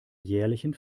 jährlichen